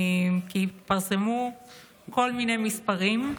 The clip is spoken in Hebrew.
התפרסמו כל מיני מספרים,